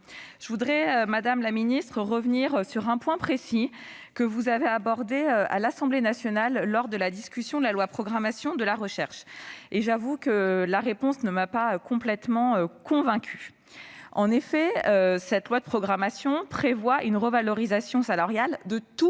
revenir, madame la ministre, sur un point précis que vous avez abordé à l'Assemblée nationale lors de la discussion du projet de loi de programmation de la recherche. J'avoue que vos propos ne m'ont pas complètement convaincue. En effet, ce projet de loi de programmation prévoit une revalorisation salariale de tous